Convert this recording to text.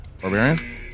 Barbarian